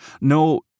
No